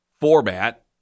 format